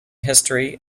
history